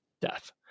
death